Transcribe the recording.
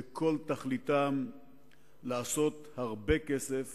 וכל תכליתן לעשות הרבה כסף